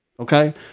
Okay